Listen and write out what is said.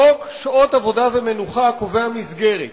חוק שעות עבודה ומנוחה קובע מסגרת